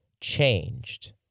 changed